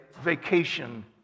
vacation